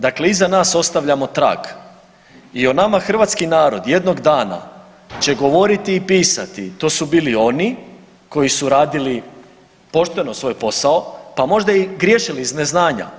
Dakle, iza nas ostavljamo trag i o nama hrvatski narod jednog dana će govoriti i pisati to su bili oni koji su radili pošteno svoj posao pa možda i griješili iz neznanja.